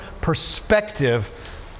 perspective